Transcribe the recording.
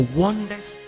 wonders